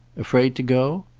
afraid to go?